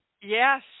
Yes